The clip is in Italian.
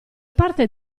parte